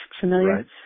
Familiar